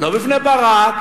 לא בפני ברק,